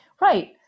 Right